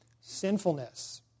sinfulness